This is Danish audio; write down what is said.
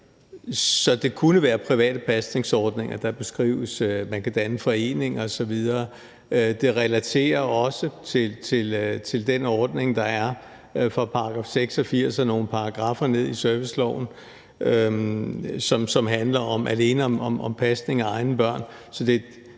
så det kunne være private pasningsordninger, der beskrives, og man kan danne foreninger osv., og det relaterer sig også til den ordning, der er fra § 86 og nogle paragraffer videre i serviceloven, som handler alene om pasning af egne børn.